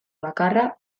bakarra